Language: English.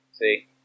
See